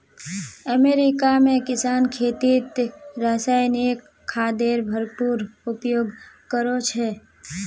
America में किसान खेतीत रासायनिक खादेर भरपूर उपयोग करो छे